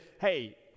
hey